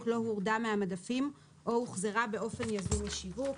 לא הורדה מהמדפים או הוחזרה באופן יזום משיווק,